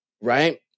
right